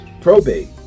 probate